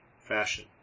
fashion